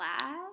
lab